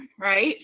right